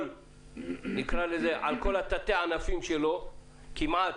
על כל תתי-ענפיו, כמעט.